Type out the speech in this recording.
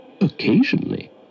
Occasionally